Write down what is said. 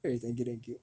thank you thank you